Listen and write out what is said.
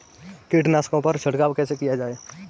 कीटनाशकों पर छिड़काव कैसे किया जाए?